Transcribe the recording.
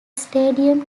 stadium